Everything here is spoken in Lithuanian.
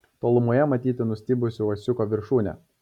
tolumoje matyti nustybusi uosiuko viršūnė